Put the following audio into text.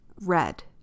red